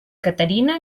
caterina